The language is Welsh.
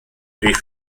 rhif